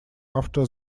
after